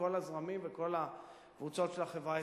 מכל הזרמים וכל הקבוצות של החברה הישראלית.